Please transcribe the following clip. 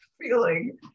feeling